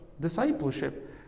discipleship